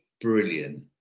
brilliant